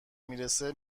میرسه